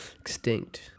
Extinct